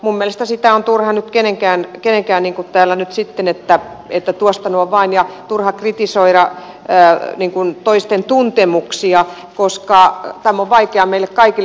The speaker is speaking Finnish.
minun mielestäni on turha kenenkään täällä nyt sanoa että tuosta noin vain ja turha kritisoida toisten tuntemuksia koska tämä on vaikeaa meille kaikille